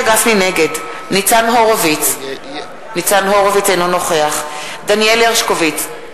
נגד ניצן הורוביץ, אינו נוכח דניאל הרשקוביץ,